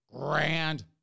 grand